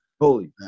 Holy